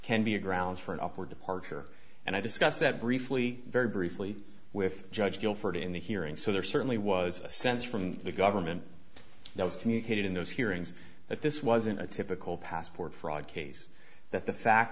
can be a grounds for an up or departure and i discussed that briefly very briefly with judge guilford in the hearing so there certainly was a sense from the government that was communicated in those hearings that this wasn't a typical passport fraud case that the fact